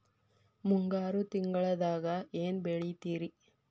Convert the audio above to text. ಮುಂಗಾರು ತಿಂಗಳದಾಗ ಏನ್ ಬೆಳಿತಿರಿ?